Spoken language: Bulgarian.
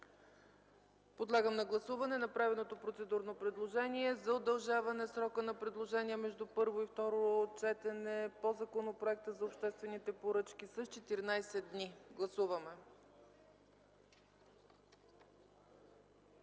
Подлагам на гласуване направеното процедурно предложение за удължаване срока на предложения между първо и второ четене по Законопроекта за обществените поръчки с 14 дни. Гласували